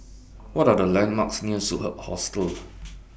What Are The landmarks near Superb Hostel